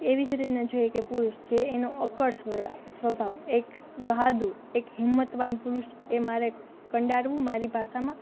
એવી જ રીતનાં જોઈએ કે પુરુષ જે એનો અક્કડ સ્વભાવ એક બહાદુર એક હિંમતવાન પુરુષ એ મારે કંડારવું મારી ભાષામાં